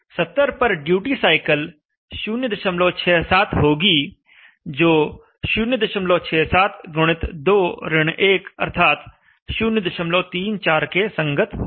70 पर duty cycle 067 होगी जो 067 गुणित 2 ऋण 1 अर्थात 034 के संगत होगी